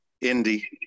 Indy